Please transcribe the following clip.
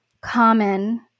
common